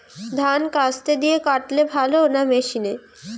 ধান কাস্তে দিয়ে কাটলে ভালো না মেশিনে?